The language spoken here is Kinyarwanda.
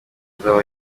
bazaba